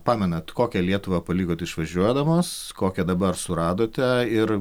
pamenat kokią lietuvą palikot išvažiuodamos kokią dabar suradote ir